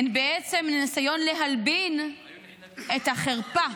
הן בעצם ניסיון להלבין את החרפה,